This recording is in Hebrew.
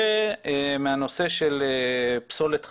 ומהנושא של פסולת חקלאית,